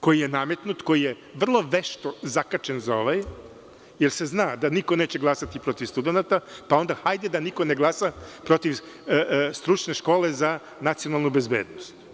koji je nametnut, koji je vrlo vešto zakačen za ovaj, jer se zna da niko neće glasati protiv studenata, pa onda hajde da niko ne glasa protiv stručne škole za nacionalnu bezbednost.